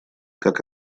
как